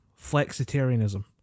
flexitarianism